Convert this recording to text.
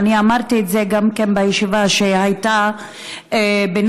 ואני אמרתי את זה גם בישיבה שהייתה בינינו,